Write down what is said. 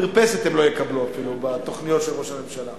מרפסת הם לא יקבלו אפילו בתוכניות של ראש הממשלה.